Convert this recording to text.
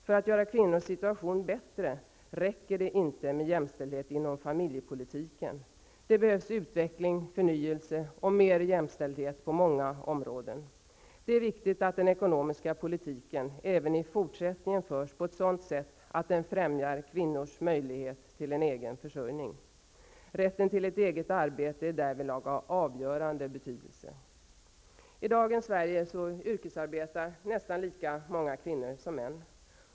För att göra kvinnors situation bättre räcker det inte med jämställdhet inom familjepolitiken. Det behövs utveckling, förnyelse och mer jämställdhet på många områden. Det är viktigt att den ekonomiska politiken även i fortsättningen förs på ett sådant sätt att den främjar kvinnors möjligheter till en egen försörjning. Rätten till ett eget arbete är därvidlag av avgörande betydelse. I dagens Sverige yrkesarbetar nästan lika många kvinnor som män.